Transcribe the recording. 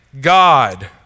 God